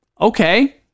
Okay